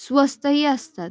स्वस्तही असतात